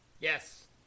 Yes